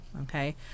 okay